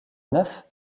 neuf